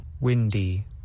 Windy